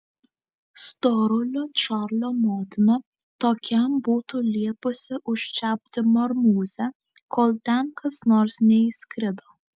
storulio čarlio motina tokiam būtų liepusi užčiaupti marmūzę kol ten kas nors neįskrido